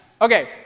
Okay